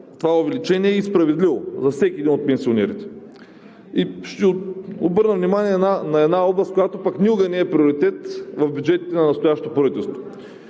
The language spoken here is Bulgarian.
това увеличение е и справедливо за всеки един от пенсионерите. Ще обърна внимание на една област, която пък никога не е приоритет в бюджетите на настоящото правителство,